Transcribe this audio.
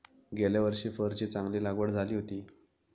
गेल्या वर्षी फरची चांगली लागवड झाली होती